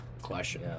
Question